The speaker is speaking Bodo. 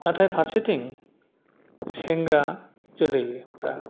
नाथाय फारसेथिं सेंग्रा जोलैफ्रा